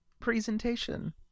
presentation